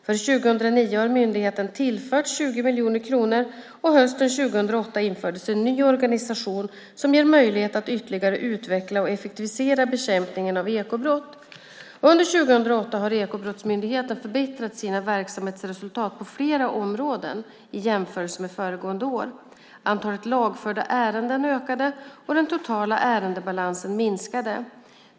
För 2009 har myndigheten tillförts 20 miljoner kronor, och hösten 2008 infördes en ny organisation som ger möjlighet att ytterligare utveckla och effektivisera bekämpningen av ekobrott. Under 2008 har Ekobrottsmyndigheten förbättrat sina verksamhetsresultat på flera områden i jämförelse med föregående år. Antalet lagförda ärenden ökade, och den totala ärendebalansen minskade.